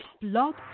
Blog